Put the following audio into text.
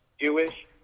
Jewish